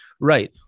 right